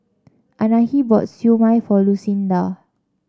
Anahi bought Siew Mai for Lucinda